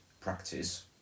practice